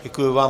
Děkuji vám.